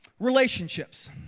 Relationships